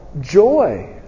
joy